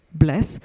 bless